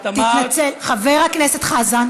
לא, את אמרת, תתנצל, חבר הכנסת חזן.